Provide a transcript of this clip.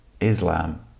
Islam